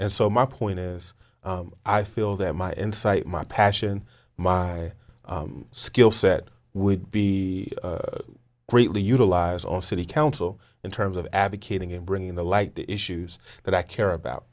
and so my point is i feel that my insight my passion my skill set would be greatly utilize all city council in terms of advocating in bringing the light to issues that i care about